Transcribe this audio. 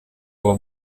uwo